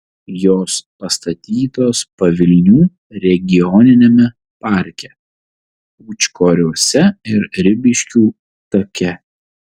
jos pastatytos pavilnių regioniniame parke pūčkoriuose ir ribiškių take